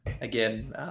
again